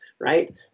right